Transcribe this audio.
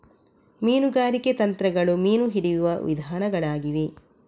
ಮೀನುಗಾರಿಕೆ ತಂತ್ರಗಳು ಮೀನು ಹಿಡಿಯುವ ವಿಧಾನಗಳಾಗಿವೆ